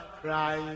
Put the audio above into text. cry